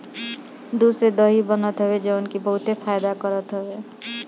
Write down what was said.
दूध से दही बनत हवे जवन की बहुते फायदा करत हवे